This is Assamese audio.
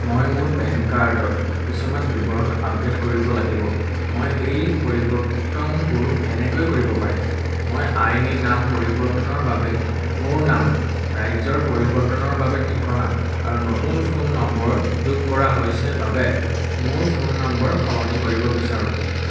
মই মোৰ পেন কাৰ্ডত কিছুমান বিৱৰণ আপডে'ট কৰিব লাগিব মই এই পৰিৱৰ্তনবোৰ কেনেকৈ কৰিব পাৰিম মই আইনী নাম পৰিৱৰ্তনৰ বাবে মোৰ নাম ৰাজ্যৰ পৰিৱৰ্তনৰ বাবে ঠিকনা আৰু নতুন ফোন নম্বৰ যোগ কৰা হৈছে বাবে মোৰ ফোন নম্বৰ সলনি কৰিব বিচাৰোঁ